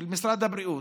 של משרד הבריאות,